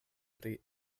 pri